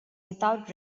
without